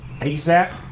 ASAP